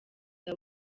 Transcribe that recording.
the